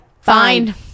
fine